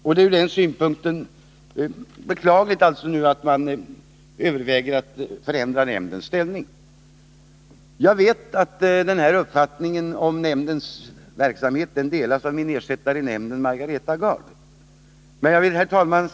Det är från den synpunkten beklagligt att det nu övervägs en förändring av nämndens ställning. Jag vet att min ersättare i nämnden, Margareta Gard, delar den här uppfattningen om nämndens verksamhet. Herr talman!